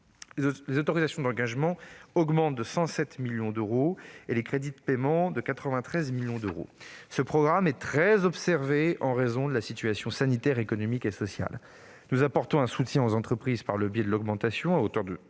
les autorisations d'engagement augmentent de 107 millions d'euros et les crédits de paiement de 93 millions d'euros. Ce programme est très observé en raison de la situation sanitaire, économique et sociale. Nous apportons un soutien aux entreprises par le biais de l'augmentation, à hauteur de